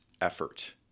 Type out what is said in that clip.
effort